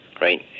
Right